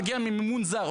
שרוב רובם מגיע ממימון זר,